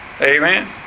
Amen